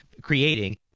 creating